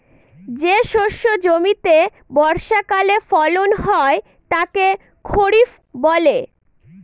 যে শস্য জমিতে বর্ষাকালে ফলন হয় তাকে খরিফ বলে